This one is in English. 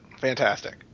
Fantastic